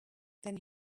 then